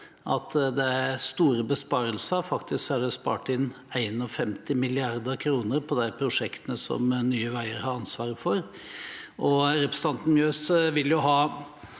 at det er store besparelser, faktisk er det spart inn 51 mrd. kr på de prosjektene som Nye veier har ansvaret for. Representanten Mjøs Persen